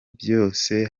ibyose